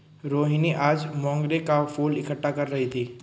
रोहिनी आज मोंगरे का फूल इकट्ठा कर रही थी